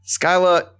Skyla